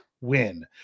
win